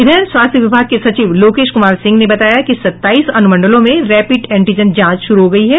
इधर स्वास्थ्य विभाग के सचिव लोकेश कुमार सिंह ने बताया कि सताईस अनुमंडलों में रैपिड एंटीजन जांच शुरू हो गया है